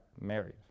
married